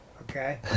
Okay